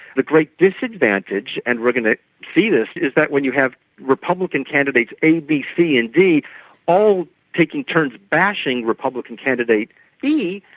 the great disadvantage and we're going to see this is when you have republican candidates a, b, c and d all taking turns bashing republican candidate e,